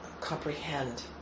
comprehend